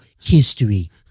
history